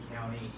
County